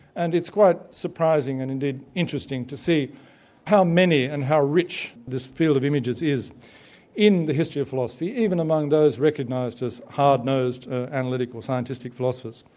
and it's quite surprising and indeed interesting to see how many and how rich this field of images is in the history of philosophy, even among those recognized as hard-nosed analytical, scientistic philosophers.